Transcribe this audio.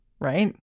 right